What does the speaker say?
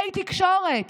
הי תקשורת,